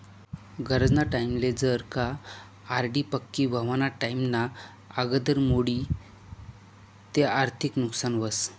गरजना टाईमले जर का आर.डी पक्की व्हवाना टाईमना आगदर मोडी ते आर्थिक नुकसान व्हस